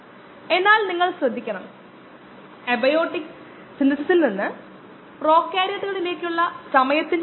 ഓർക്കുക ഈ നിരീക്ഷണം നമ്മൾ ഗണിതശാസ്ത്രപരമായി പ്രതിനിധീകരിക്കുന്നത് നോക്കി ഫസ്റ്റ് ഓർഡർ ഡിക്രീസ് ഇതിനെ പ്രതിനിധീകരിക്കുന്നതിനുള്ള ഒരു നല്ല മാർഗമാണെന്ന് നമ്മൾ പറഞ്ഞു